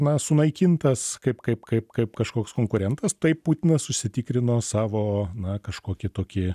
na sunaikintas kaip kaip kaip kaip kažkoks konkurentas taip putinas užsitikrino savo na kažkokį tokį